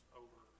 over